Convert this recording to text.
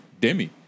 Demi